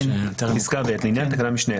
רשום.